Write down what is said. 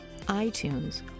iTunes